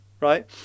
right